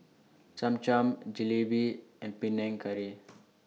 Cham Cham Jalebi and Panang Curry